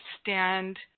stand